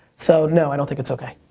so no, i don't think it's okay.